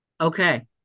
Okay